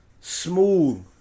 Smooth